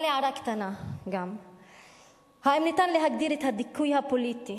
אבל הערה קטנה: האם אפשר להגדיר את הדיכוי הפוליטי